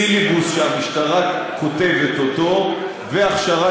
סילבוס שהמשטרה כותבת אותו והכשרה